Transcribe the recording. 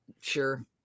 sure